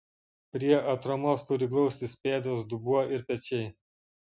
prie atramos turi glaustis pėdos dubuo ir pečiai